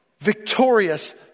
victorious